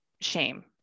shame